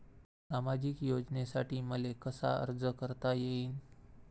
सामाजिक योजनेसाठी मले कसा अर्ज करता येईन?